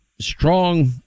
strong